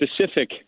specific